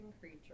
creature